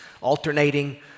alternating